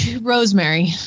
Rosemary